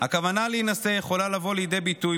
הכוונה להינשא יכולה לבוא לידי ביטוי,